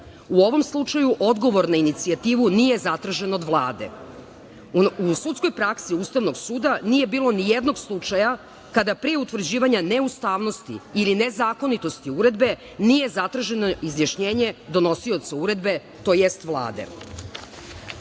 U ovom slučaju, odgovor na inicijativu nije zatražen od Vlade.U sudskoj praksi Ustavnog suda nije bilo ni jednog slučaja kada pre utvrđivanja neustavnosti ili nezakonitosti uredbe nije zatraženo izjašnjenje donosioca uredbe tj. Vlade.